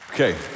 Okay